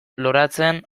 loratzen